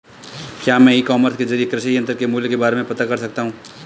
क्या मैं e commerce के ज़रिए कृषि यंत्र के मूल्य के बारे में पता कर सकता हूँ?